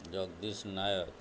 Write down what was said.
Jagdish Nayak